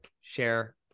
share